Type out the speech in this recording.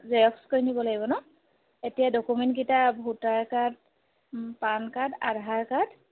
Xerox কৰি নিব লাগিব নহ্ এতিয়া ডকুমেণ্টকেইটা voter card PAN card Aadhaar card